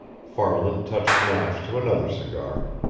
farland touched match to another cigar.